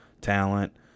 talent